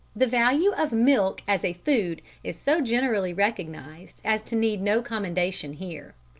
the value of milk as a food is so generally recognised as to need no commendation here.